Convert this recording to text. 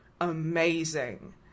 amazing